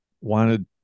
wanted